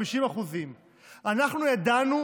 50%. אנחנו ידענו,